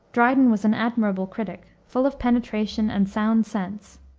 dryden was an admirable critic, full of penetration and sound sense.